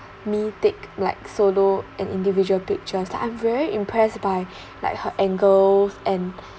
me take like solo and individual pictures that I'm very impressed by like her angles and